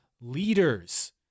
leaders